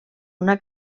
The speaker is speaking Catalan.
una